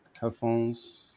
Headphones